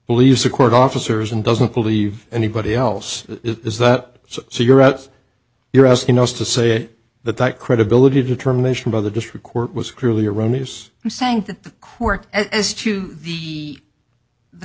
believes the court officers and doesn't believe anybody else is that cigarettes you're asking us to say that that credibility determination by the district court was clearly erroneous and saying to the